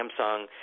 Samsung